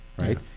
right